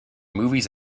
movies